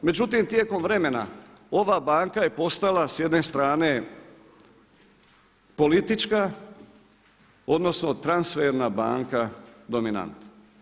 Međutim, tijekom vremena ova banka je postala s jedne strane politička, odnosno transferna banka dominant.